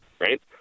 Right